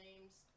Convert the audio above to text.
names